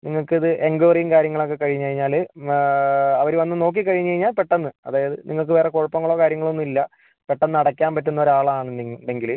നിങ്ങക്കിത് എൻക്വയറീം കാര്യങ്ങളൊക്കെ കഴിഞ്ഞു കഴിഞ്ഞാല് അവര് വന്നു നോക്കി കഴിഞ്ഞു കഴിഞ്ഞാൽ പെട്ടെന്ന് അതായത് നിങ്ങക്ക് വേറെ കുഴപ്പങ്ങളോ കാര്യങ്ങളോ ഒന്നുമില്ല പെട്ടെന്നടയ്ക്കാൻ പറ്റുന്നൊരാളാണെന്നുണ്ടെങ്കില്